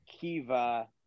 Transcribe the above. Kiva